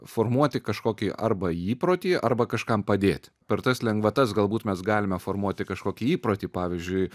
formuoti kažkokį arba įprotį arba kažkam padėti per tas lengvatas galbūt mes galime formuoti kažkokį įprotį pavyzdžiui